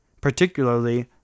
particularly